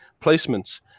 placements